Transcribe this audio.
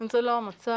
זה לא המצב.